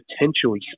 potentially